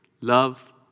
love